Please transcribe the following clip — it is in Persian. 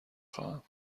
خواهم